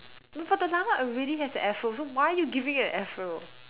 no but the llama already has an Afro so why you giving it an Afro